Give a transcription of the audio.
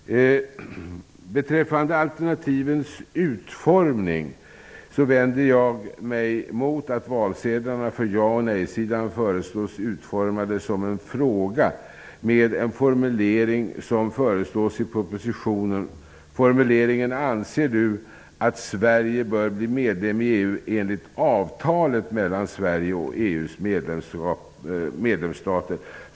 Beträffande alternativens utformning vänder jag mig emot att valsedlarna för ja och nej-sidan föreslås utformas som en fråga med den formulering som föreslås i propositionen. EU:s medlemsstater?''